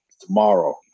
tomorrow